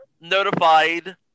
notified